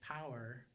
power